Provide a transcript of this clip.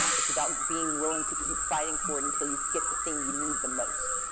it's about being willing to keep fighting for it until you get the thing you need the most.